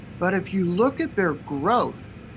but if you look at their growth,